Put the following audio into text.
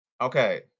Okay